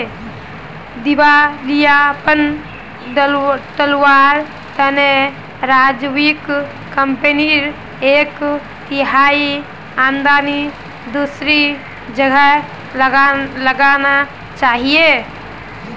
दिवालियापन टलवार तने राजीवक कंपनीर एक तिहाई आमदनी दूसरी जगह लगाना चाहिए